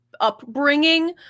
upbringing